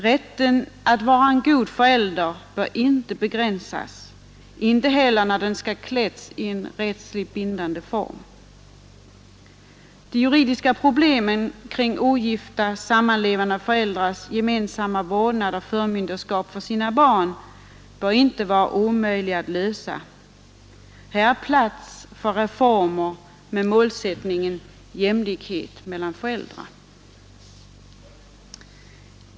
Rätten att vara en god förälder bör inte begränsas, inte heller när den skall kläs i en rättsligt bindande form. De juridiska problemen kring ogifta sammanlevande föräldrars gemensamma vårdnad av och förmynderskap för sina barn bör inte vara omöjliga att lösa. Här är plats för reformer med målsättningen jämlikhet mellan föräldrarna.